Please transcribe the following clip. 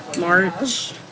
March